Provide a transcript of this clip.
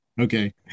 Okay